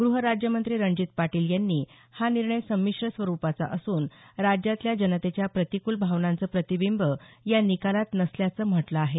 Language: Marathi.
ग्रहराज्यमंत्री रणजीत पाटील यांनी हा निर्णय संमिश्र स्वरूपाचा असून राज्यातल्या जनतेच्या प्रतिकूल भावनांचं प्रतिबिंब या निकालात नसल्याचं म्हटलं आहे